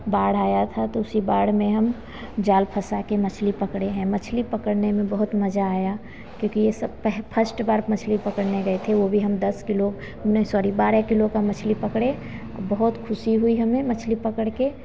बाढ़ आई थी तो उसी बाढ़ में हम जाल फँसाकर मछली पकड़े हैं मछली पकड़ने में बहुत मज़ा आया क्योंकि यह सब फर्स्ट बार मछली पकड़ने गए थे वह भी हम दस किलो नहीं सॉरी बारह किलो की मछली पकड़े बहुत ख़ुशी हुई हमें मछली पकड़कर